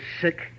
sick